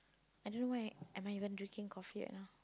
I don't know why am I even drinking coffee right now